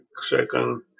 second